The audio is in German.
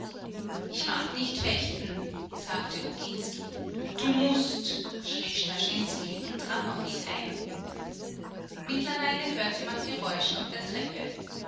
ich mag nicht fechten sagte oginsky du mußt schrie starschensky und drang auf ihn ein mittlerweile hörte man geräusch auf der treppe